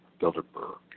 Bilderberg